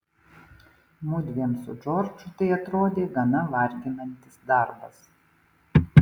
mudviem su džordžu tai atrodė gana varginantis darbas